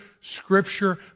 Scripture